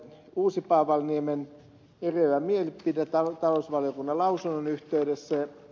uusipaavalniemen eriävä mielipide talousvaliokunnan lausunnon yhteydessä